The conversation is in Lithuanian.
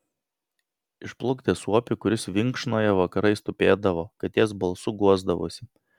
išplukdė suopį kuris vinkšnoje vakarais tupėdavo katės balsu guosdavosi